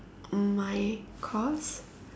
my course